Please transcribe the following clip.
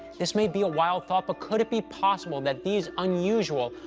this may be a wild thought, but could it be possible that these unusual,